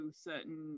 certain